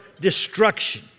destruction